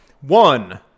One